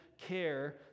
care